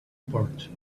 port